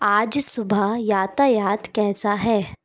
आज सुबह यातायात कैसा है